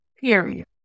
Period